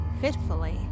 fitfully